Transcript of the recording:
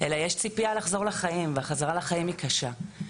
אלא יש ציפייה לחזור לחיים והחזרה לחיים היא קשה,